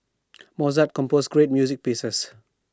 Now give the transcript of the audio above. Mozart composed great music pieces